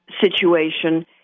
situation